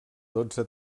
dotze